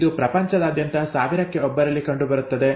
ಇದು ಪ್ರಪಂಚದಾದ್ಯಂತ ಸಾವಿರಕ್ಕೆ ಒಬ್ಬರಲ್ಲಿ ಕಂಡುಬರುತ್ತದೆ